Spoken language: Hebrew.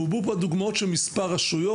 והובאו פה דוגמאות של מספר רשויות,